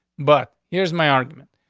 but here's my argument.